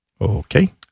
Okay